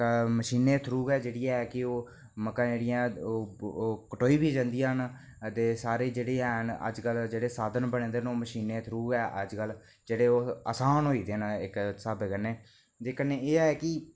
मशीनें थ्रू गै जेहड़ी ऐ कि ओह् मक्कां जेहडियां ओह् कटोई बी जंदियां न ते सारे जेहड़े हैन अजकल जेहड़े साधन बने दे न ओह् मशीने दे थ्रू गै अजकल जेहड़े असान होई गेदे ना इक स्हाबे कन्नै ते कन्नै एह् ऐ कि